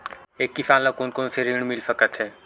एक किसान ल कोन कोन से ऋण मिल सकथे?